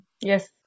yes